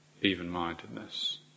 even-mindedness